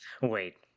Wait